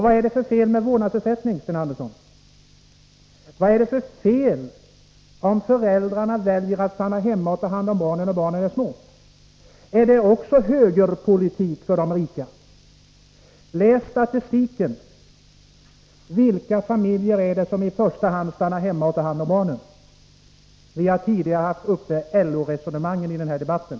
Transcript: Vad är det för fel med vårdnadsersättning, Sten Andersson? Vad är det för fel, om föräldrarna väljer att stanna hemma och ta hand om barnen när de är små? Är det också högerpolitik för de rika? Läs statistiken! Vilka familjer är det som i första hand stannar hemma och tar hand om barnen? Vi har tidigare haft uppe LO-resonemangen i den här debatten.